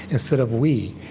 instead of we.